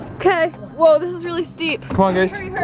okay. whoa this is really steep. come on,